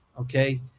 Okay